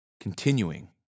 Continuing